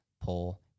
pull